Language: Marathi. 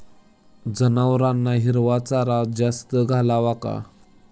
जनावरांना हिरवा चारा जास्त घालावा का?